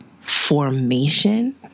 formation